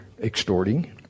extorting